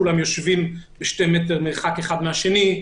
כולם יושבים בשני מטר מרחק אחד מהשני,